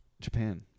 Japan